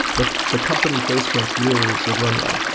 the the company, facebook, years of runway.